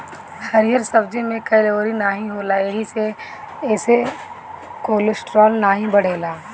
हरिहर सब्जी में कैलोरी नाही होला एही से एसे कोलेस्ट्राल नाई बढ़ेला